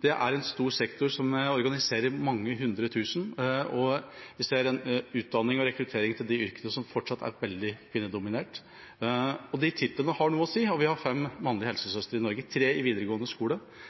Det er en stor sektor, som organiserer mange hundre tusen, og vi ser en utdanning og en rekruttering til de yrkene som fortsatt er veldig kvinnedominert. Titlene har noe å si. Vi har fem mannlige helsesøstre i Norge – tre i videregående skole.